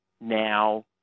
now